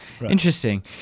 Interesting